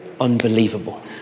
unbelievable